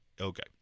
okay